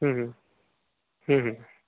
हूँ हूँ हूँ हूँ